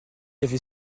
avait